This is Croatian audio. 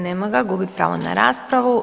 Nema ga, gubi pravo na raspravu.